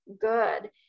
good